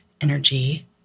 energy